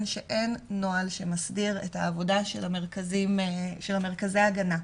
שאין נוהל שמסדיר את העבודה של מרכזי ההגנה,